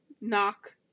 knock